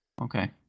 Okay